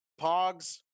Pogs